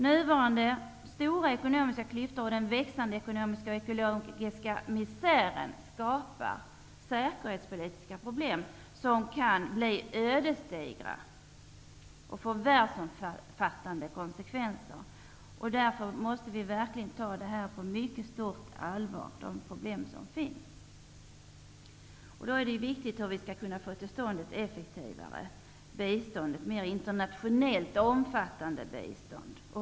Nuvarande stora ekonomiska klyftor och den växande ekonomiska och ekologiska misären skapar säkerhetspolitiska problem som kan bli ödesdigra och få världsomfattande konsekvenser. Dessa problem måste vi ta på mycket stort allvar. Det är mot denna bakgrund viktigt att få till stånd ett effektivare, mera internationellt och mera omfattande bistånd.